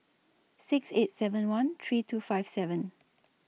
six eight seven one three two five seven